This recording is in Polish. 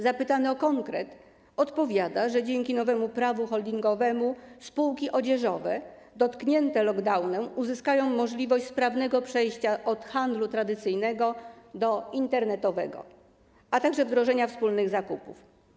Zapytany o konkret, odpowiada, że dzięki nowemu prawu holdingowemu spółki odzieżowe dotknięte lockdownem uzyskają możliwość sprawnego przejścia od handlu tradycyjnego do internetowego, a także wdrożenia wspólnych zakupów.